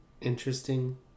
interesting